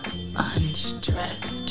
Unstressed